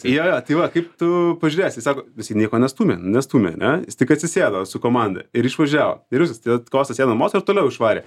jo jo tai va kaip tu pažiūrėsi sako jisai nieko nestūmė nu nestūmė ane jis tik atsisėdo su komanda ir išvažiavo ir viskas tai vat kostas sėdo ant moco ir toliau išvarė